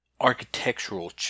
architectural